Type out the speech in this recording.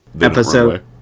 episode